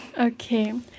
okay